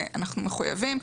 כי אנחנו מחויבים,